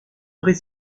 aurait